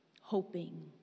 hoping